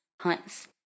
Hunts